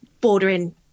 bordering